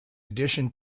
addition